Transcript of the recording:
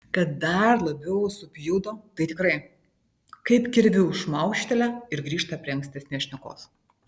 kad dar labiau supjudo tai tikrai kaip kirviu šmaukštelia ir grįžta prie ankstesnės šnekos